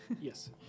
Yes